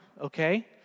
okay